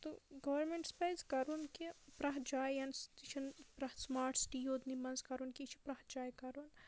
تہٕ گورمیٚنٹَس پَزٕ کَرُن کہِ پرٛٮ۪تھ جایَن چھُنہٕ پرٛٮ۪تھ سماٹ سِٹی یوت نی مَنٛز کَرُن کینٛہہ یہِ چھُ پرٛٮ۪تھ جایہِ کَرُن